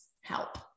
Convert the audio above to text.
help